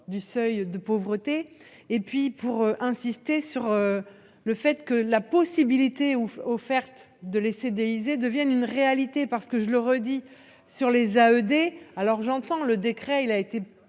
du seuil de pauvreté. Et puis pour insister sur. Le fait que la possibilité ou offerte de laisser. Devienne une réalité parce que je le redis sur les à ED. Alors j'entends le décret, il a été